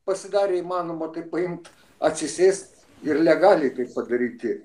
pasidarė įmanoma tai paimt atsisėst ir legaliai tai padaryti